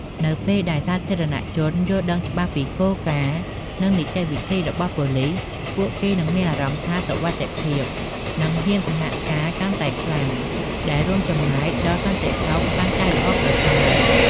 នៅពេលដែលសាធារណជនយល់ដឹងច្បាស់ពីគោលការណ៍ និងនីតិវិធីរបស់ប៉ូលិស ពួកគេនឹងមានអារម្មណ៍ថាសុវត្ថិភាព និងហ៊ានសហការកាន់តែខ្លាំង ដែលរួមចំណែកដល់សន្តិសុខកាន់តែល្អប្រសើរ។